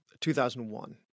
2001